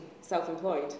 self-employed